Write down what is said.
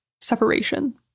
separation